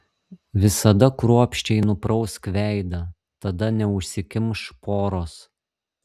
visada kruopščiai nuprausk veidą tada neužsikimš poros